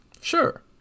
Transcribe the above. sure